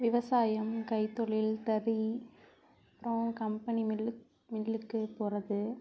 விவசாயம் கைத்தொழில் தறி அப்பறம் கம்பெனி மில் மில்லுக்கு போகிறது